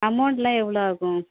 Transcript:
அமௌண்டெலாம் எவ்வளோ ஆகும்